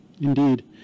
Indeed